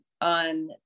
on